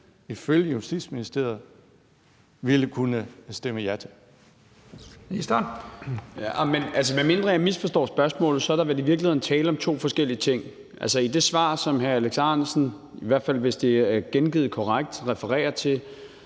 14:51 Justitsministeren (Peter Hummelgaard): Medmindre jeg misforstår spørgsmålet, er der vel i virkeligheden tale om to forskellige ting. I det svar, som hr. Alex Ahrendtsen refererer til,